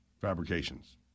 fabrications